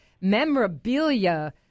memorabilia